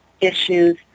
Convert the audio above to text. issues